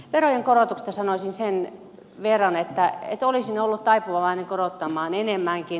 verojen korotuksesta sanoisin sen verran että olisin ollut taipuvainen korottamaan enemmänkin